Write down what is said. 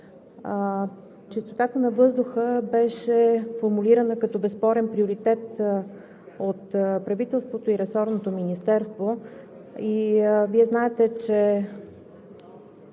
Чистотата на въздуха беше формулирана като безспорен приоритет от правителството и ресорното министерство